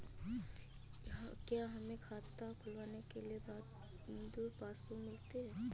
क्या हमें खाता खुलवाने के बाद पासबुक मिलती है?